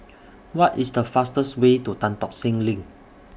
What IS The fastest Way to Tan Tock Seng LINK